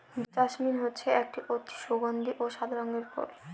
jasmine হচ্ছে একটি অতি সগন্ধি ও সাদা রঙের ফুল